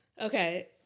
Okay